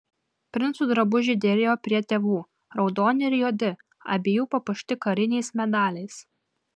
princų drabužiai derėjo prie tėvų raudoni ir juodi abiejų papuošti kariniais medaliais